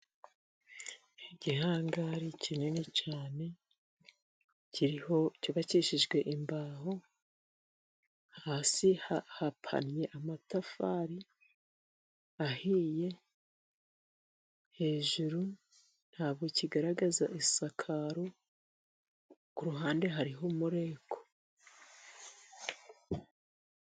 Igihangari kinini cyane kiriho, cyubakishijwe imbaho. Hasi hapannye amatafari ahiye. Hejuru ntabwo kigaragaza isakaro. Ku ruhande hariho umureko.